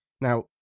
Now